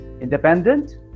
independent